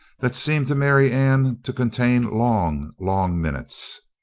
that seemed to marianne to contain long, long minutes.